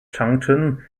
changchun